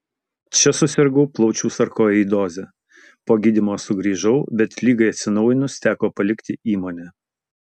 čia susirgau plaučių sarkoidoze po gydymo sugrįžau bet ligai atsinaujinus teko palikti įmonę